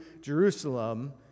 Jerusalem